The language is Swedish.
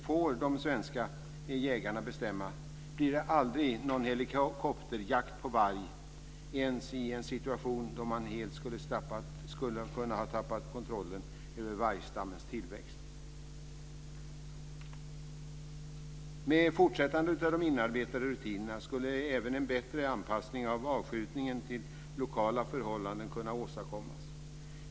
Får de svenska jägarna bestämma blir det aldrig någon helikopterjakt på varg, inte ens i en situation då man helt har tappat kontrollen över vargstammens tillväxt. Med en fortsättning av de inarbetade rutinerna skulle även en bättre anpassning av avskjutningen till lokala förhållanden kunna åstadkommas.